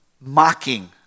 mocking